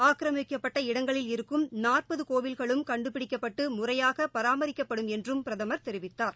ஆக்கிரமிக்கப்பட்ட இடங்களில் இருக்கும் நாற்பது கோவில்களும் கண்டுபிடிக்கப்பட்டு முறையாக பராமரிக்கப்படும் என்றும் பிரதமர் தெரிவித்தார்